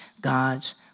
God's